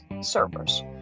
servers